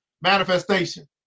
manifestation